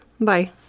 Bye